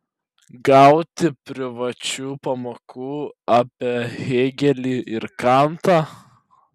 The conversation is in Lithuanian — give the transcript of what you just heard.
gauti privačių pamokų apie hėgelį ir kantą